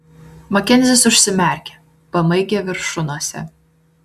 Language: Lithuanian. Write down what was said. makenzis užsimerkė pamaigė viršunosę